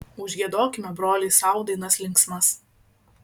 užgiedokime broliai sau dainas linksmas